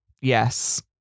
Yes